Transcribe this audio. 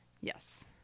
yes